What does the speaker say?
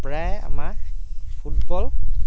প্ৰায়ে আমাৰ ফুটবল